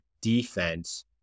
defense